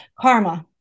Karma